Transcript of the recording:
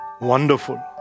wonderful